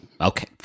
okay